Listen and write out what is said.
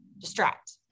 distract